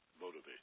motivate